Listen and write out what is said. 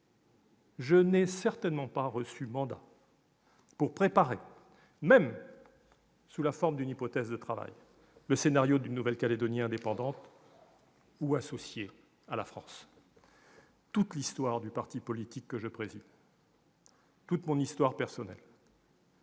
Je n'ai certainement pas reçu mandat de préparer, même sous forme d'hypothèse de travail, le scénario d'une Nouvelle-Calédonie indépendante ou associée à la France. Toute l'histoire du parti politique que je préside, toute mon histoire personnelle